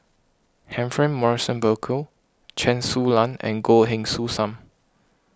Humphrey Morrison Burkill Chen Su Lan and Goh Heng Soon Sam